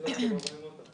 לנושא הזה